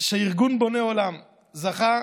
שארגון בוני עולם זכה,